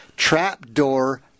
Trapdoor